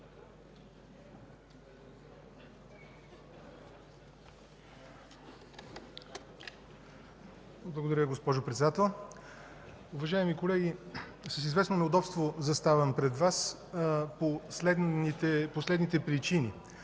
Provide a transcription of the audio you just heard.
Благодаря, госпожо Председател.